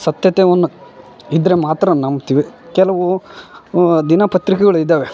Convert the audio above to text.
ಸತ್ಯತೆಯನ್ನ ಇದ್ದರೆ ಮಾತ್ರ ನಂಬ್ತೀವಿ ಕೆಲವು ದಿನ ಪತ್ರಿಕೆಗಳು ಇದಾವೆ